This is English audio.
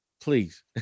Please